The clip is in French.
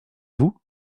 vous